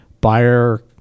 Buyer